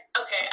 okay